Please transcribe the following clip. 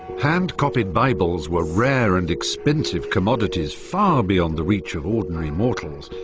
hand-copied bibles were rare and expensive commodities, far beyond the reach of ordinary mortals.